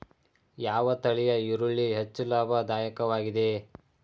ಯಾವ ತಳಿಯ ಈರುಳ್ಳಿ ಹೆಚ್ಚು ಲಾಭದಾಯಕವಾಗಿದೆ?